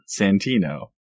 Santino